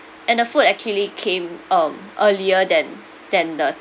and the food actually came um earlier than than the